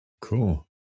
Cool